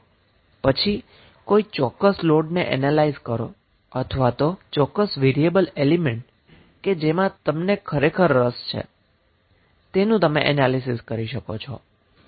પછી કોઈ ચોક્કસ લોડને એનેલાઈઝ કરો અથવા તો કોઈ ચોક્કસ વેરીએબલ એલીમેન્ટ કે જેમાં તમે ખરેખર રસ ધરાવો છો તેનું તમે એનાલીસીસ કરી શકો છો